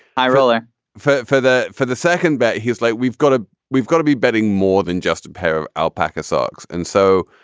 high roller for for the for the second bet. he's like, we've got to we've got to be betting more than just a pair of alpaca socks. and so.